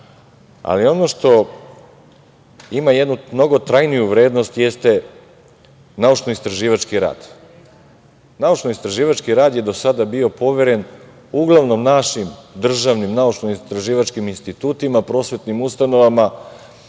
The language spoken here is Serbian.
ali ono što ima jednu mnogo trajniju vrednost jeste naučno-istraživački rad. Naučno-istraživački rad je do sada bio poveren uglavnom našim državnim naučno-istraživačkim institutima, prosvetnim ustanovama